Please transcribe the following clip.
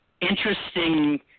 interesting